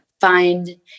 find